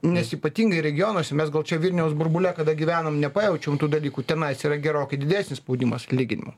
nes ypatingai regionuose mes gal čia vilniaus burbule kada gyvenam nepajaučiam tų dalykų tenais yra gerokai didesnis spaudimas atlyginimų